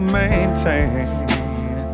maintain